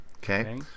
Okay